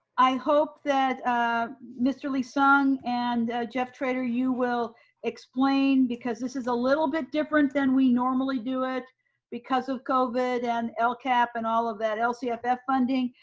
i hope that mr. lee-sung and jeff trader, you will explain because this is a little bit different than we normally do it because of covid and lcap and all of that lcff funding.